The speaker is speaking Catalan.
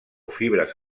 fibres